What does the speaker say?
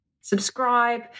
subscribe